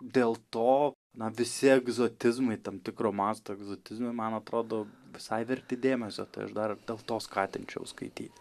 dėl to na visi egzotizmai tam tikro masto egzotizmai man atrodo visai verti dėmesio tai aš dar dėl to skatinčiau skaityt